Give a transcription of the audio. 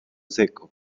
seco